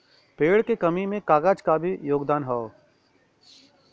पेड़ क कमी में कागज क भी योगदान हौ